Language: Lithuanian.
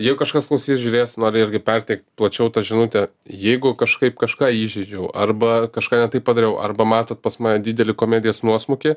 jeigu kažkas klausys žiūrės noriu irgi perteikt plačiau tą žinutę jeigu kažkaip kažką įžeidžiau arba kažką ne taip padariau arba matot pas man didelį komedijos nuosmukį